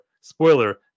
spoiler